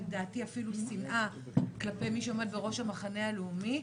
לדעתי אפילו שנאה כלפי מי שעומד בראש המחנה הלאומי.